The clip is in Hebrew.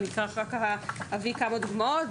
ואני אביא כמה דוגמאות,